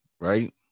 right